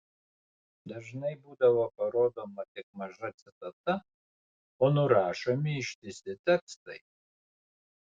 dažnai būdavo parodoma tik maža citata o nurašomi ištisi tekstai